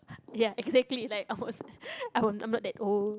ya exactly like I was I'm not that old